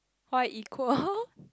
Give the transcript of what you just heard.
why equal